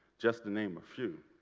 just to name a few.